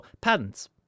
patents